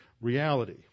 reality